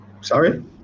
sorry